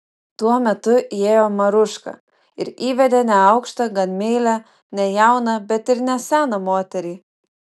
tuo metu įėjo maruška ir įvedė neaukštą gan meilią ne jauną bet ir ne seną moterį